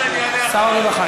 אדוני שר הרווחה,